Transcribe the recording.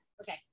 Okay